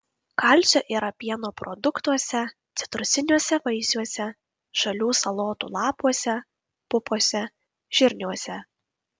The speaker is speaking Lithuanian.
kalcio yra pieno produktuose citrusiniuose vaisiuose žalių salotų lapuose pupose žirniuose